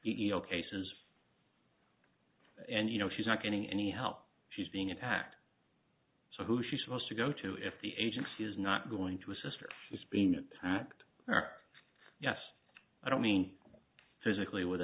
o cases and you know she's not getting any help she's being attacked so who she's supposed to go to if the agency is not going to assist her is being attacked yes i don't mean to sickly with a